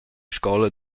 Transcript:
scola